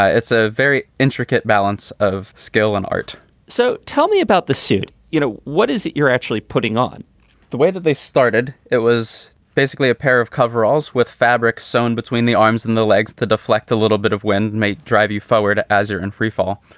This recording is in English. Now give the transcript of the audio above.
ah it's a very intricate balance of skill and art so tell me about the suit, you know? what is it you're actually putting on the way that they started? it was basically a pair of coveralls with fabric. so and between the arms and the legs to deflect a little bit of wind may drive you forward as you're in freefall.